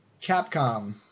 Capcom